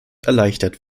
erleichtert